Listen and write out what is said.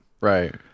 right